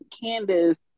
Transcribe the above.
Candace